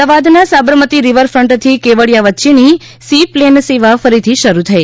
અમદાવાદના સાબરમતી રિવરફ્ટથી કેવડીયા વચ્ચેની સી પ્લેન સેવા ફરીથી શરૂ થઇ